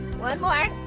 one more,